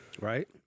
Right